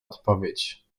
odpowiedź